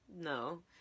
No